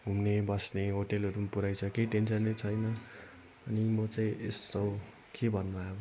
घुम्ने बस्ने होटलहरू पनि पुरै छ केही टेन्सनै छैन अनि म चाहिँ यसो के भन्नु अब